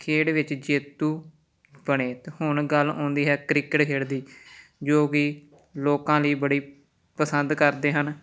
ਖੇਡ ਵਿੱਚ ਜੇਤੂ ਬਣੇ ਅਤੇ ਹੁਣ ਗੱਲ ਆਉਂਦੀ ਹੈ ਕ੍ਰਿਕਟ ਖੇਡ ਦੀ ਜੋ ਕਿ ਲੋਕਾਂ ਲਈ ਬੜੀ ਪਸੰਦ ਕਰਦੇ ਹਨ